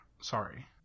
Sorry